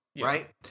right